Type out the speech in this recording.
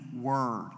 word